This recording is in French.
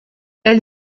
elle